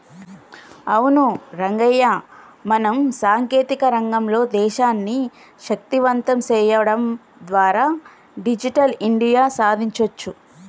అవును రంగయ్య మనం సాంకేతిక రంగంలో దేశాన్ని శక్తివంతం సేయడం ద్వారా డిజిటల్ ఇండియా సాదించొచ్చు